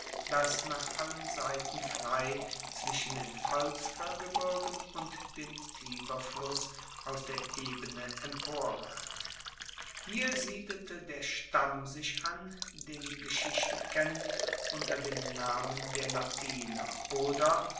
das nach allen seiten frei zwischen den volskergebirgen und dem tiberfluss aus der ebene emporragt hier siedelte der stamm sich an den die geschichte kennt unter dem namen der latiner oder